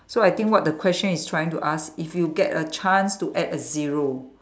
so I think what the question is trying to ask if you get a chance to add a zero